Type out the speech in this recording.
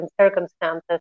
circumstances